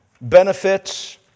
benefits